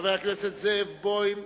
חבר הכנסת זאב בוים,